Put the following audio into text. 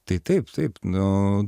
tai taip taip nu